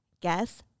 Guess